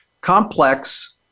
Complex